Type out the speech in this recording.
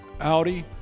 Audi